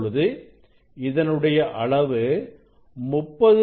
இப்பொழுது இதனுடைய அளவு 30